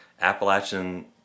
Appalachian